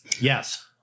Yes